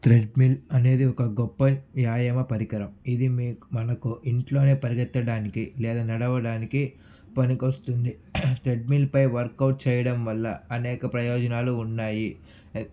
treadmill అనేది ఒక గొప్ప వ్యాయామ పరికరం ఇది మీకు మనకు ఇంట్లోనే పరిగెత్తడానికి లేదా నడవడానికి పనికొస్తుంది ట్రెడ్మిల్పై వర్క్అవుట్ చేయడం వల్ల అనేక ప్రయోజనాలు ఉన్నాయి